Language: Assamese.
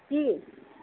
কি